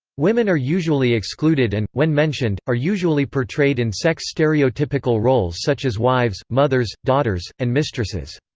women are usually excluded and, when mentioned, are usually portrayed in sex-stereotypical roles such as wives, mothers, daughters, and mistresses.